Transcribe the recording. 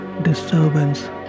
disturbance